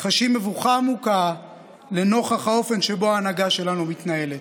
חשים מבוכה עמוקה לנוכח האופן שבו ההנהגה שלנו מתנהלת,